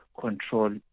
control